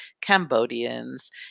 Cambodians